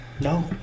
No